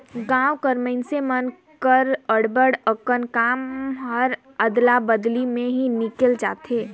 गाँव कर मइनसे मन कर अब्बड़ अकन काम हर अदला बदली में ही निकेल जाथे